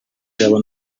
byaba